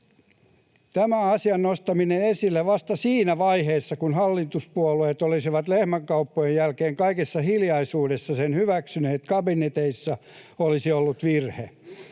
Tämän asian nostaminen esille vasta siinä vaiheessa, kun hallituspuolueet olisivat lehmänkauppojen jälkeen kaikessa hiljaisuudessa sen hyväksyneet kabineteissa, olisi ollut virhe.